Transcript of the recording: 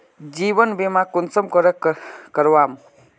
जीवन बीमा कुंसम करे करवाम?